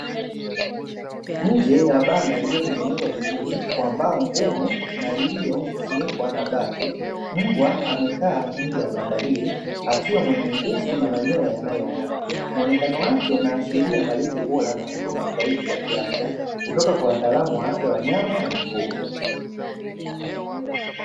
Nje ya banda lililotengenezwa vizuri kwa mbao ngumu na liliofunikwa na bati, mbwa amekaa nje ya banda hili akiwa mwenye nguvu na manyoya yanayong'aa, muonekano wake unaashiria malezi bora na huduma stahiki za kiafya kutoka kwa wataalamu wa afya ya wanyama na mifugo.